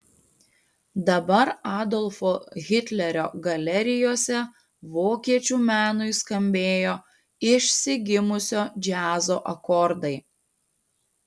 dabar adolfo hitlerio galerijose vokiečių menui skambėjo išsigimusio džiazo akordai